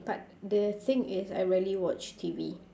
but the thing is I rarely watch T_V